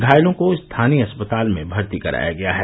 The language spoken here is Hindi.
घायलों को स्थानीय अस्पताल में भर्ती कराया गया है